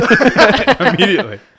Immediately